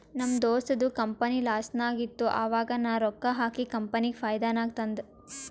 ನಮ್ ದೋಸ್ತದು ಕಂಪನಿ ಲಾಸ್ನಾಗ್ ಇತ್ತು ಆವಾಗ ನಾ ರೊಕ್ಕಾ ಹಾಕಿ ಕಂಪನಿಗ ಫೈದಾ ನಾಗ್ ತಂದ್